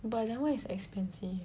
but that one is expensive